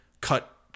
cut